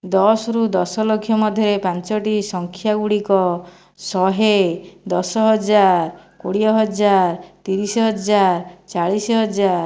ଦଶରୁ ଦଶଲକ୍ଷ ମଧ୍ୟରେ ପାଞ୍ଚୋଟି ସଂଖ୍ୟା ଗୁଡ଼ିକ ଶହେ ଦଶ ହଜାର କୋଡ଼ିଏ ହଜାର ତିରିଶ ହଜାର ଚାଳିଶ ହଜାର